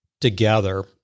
together